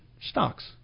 stocks